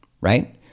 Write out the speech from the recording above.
right